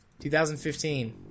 2015